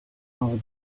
how